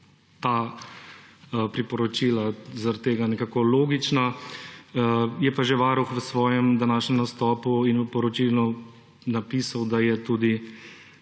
ta priporočila zaradi tega nekako logična. Je pa že varuh v svojem današnjem nastopu in v poročilu napisal, da je tudi